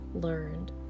learned